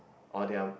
or their